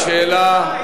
השאלה,